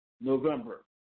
November